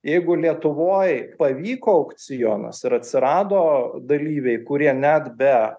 jeigu lietuvoj pavyko aukcionas ir atsirado dalyviai kurie net be